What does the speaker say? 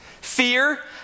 Fear